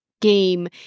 game